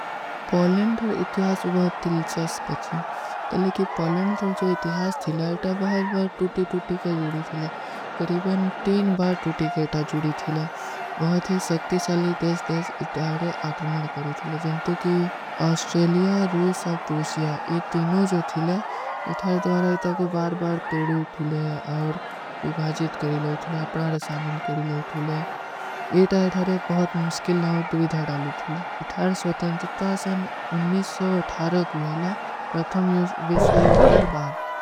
ପଲେଂଡର ଇତିହାସ ବହୁତ ତିଲ୍ଚାସ ପଚୀ। କଲିକି ପଲେଂଡର ଇତିହାସ ଥୀଲା, ଇତା ବହୁତ ବାର ଟୂଟୀ, ଟୂଟୀ କେ ଜୋଡୂ ଥୁଲା। କରୀବନ ତୀନ ବାର ଟୂଟୀ କେ ଇତା ଜୂଡୀ ଥୀଲା। ବହୁତ ହୀ ସକ୍ତି ଶାଲୀ ଦେଶ, ଦେଶ ଇତାରେ ଆଗ୍ରମନ କରୂ ଥୁଲେ। ଅସ୍ଟ୍ରେଲିଯା, ରୂସା, ପୁରୁଶିଯା ଇତୀନୋଂ ଜୋ ଥୀଲେ, ଇତାରେ ଦ୍ଵାରା ଇତା କୋ ବାର ବାର ତୋଡୂ ଥୁଲେ। ଔର ଵିଭାଜିତ କରୀ ଲୋ ଥୁଲେ, ଅପନାର ସାମିଲ କରୀ ଲୋ ଥୁଲେ। ଇତା ଇତାରେ ବହୁତ ମୁଶ୍କିଲ ଲାଵ ଦୁଵିଧା ଡାଲୂ ଥୁଲା। ଇତାରେ ସ୍ଵତଂତିତ୍ତା ସନ ଉନିସ୍ଵ ଅଥାର ଗୁହେଲା ପ୍ରତମ ଵିଶ୍ଵ ଯୂଦ୍ରର ବାଦ।